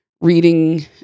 reading